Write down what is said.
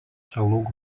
salų